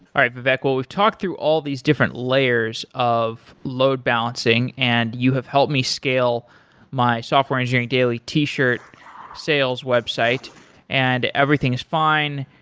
all right, vivek. we've talked through all these different layers of load-balancing and you have helped me scale my software engineering daily t-shirt sales website and everything is fine,